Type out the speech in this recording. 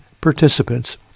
participants